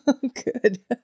Good